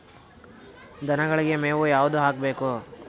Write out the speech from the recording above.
ದನಗಳಿಗೆ ಮೇವು ಯಾವುದು ಹಾಕ್ಬೇಕು?